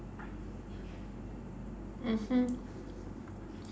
mmhmm